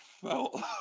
felt